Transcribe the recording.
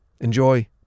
Enjoy